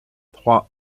trois